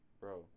Bro